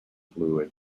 fluid